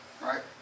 Right